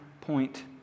point